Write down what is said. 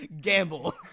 Gamble